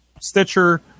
stitcher